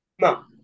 No